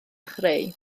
chreu